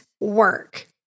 work